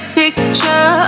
picture